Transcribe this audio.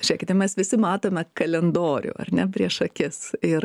žiūrėkite mes visi matome kalendorių ar ne prieš akis ir